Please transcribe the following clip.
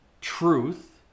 truth